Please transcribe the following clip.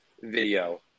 video